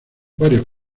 varios